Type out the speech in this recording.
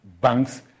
banks